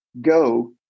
go